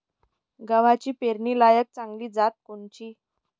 गव्हाची पेरनीलायक चांगली जात कोनची?